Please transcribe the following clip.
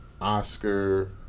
Oscar